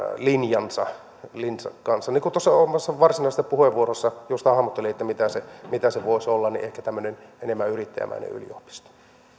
tämmöisen linjansa kanssa niin kuin omassa varsinaisessa puheenvuorossani just hahmottelin mitä se mitä se voisi olla ehkä tämmöinen enemmän yrittäjämäinen yliopisto